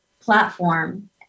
platform